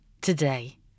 today